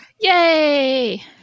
Yay